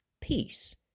peace